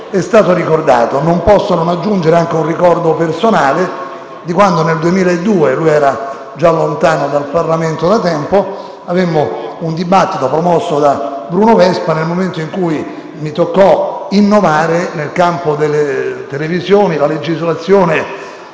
Non posso non aggiungere anche un ricordo personale, di quando, nel 2002, Mammì era lontano dal Parlamento da tempo e avemmo un dibattito, promosso da Bruno Vespa, nel momento in cui mi toccò innovare nel campo delle televisioni la legislazione